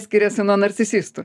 skiriasi nuo narcisistų